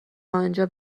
آنجا